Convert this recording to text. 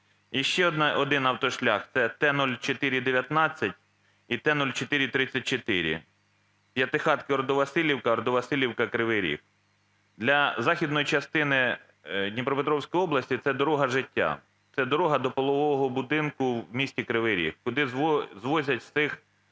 І ще один автошлях – це Т 0419 і Т 0434 (П'ятихатки -Ордо-Василівка, Ордо-Василівка - Кривий Ріг). Для західної частини Дніпропетровської області це "дорога життя", це дорога до пологового будинку в місті Кривий Ріг, куди звозять всіх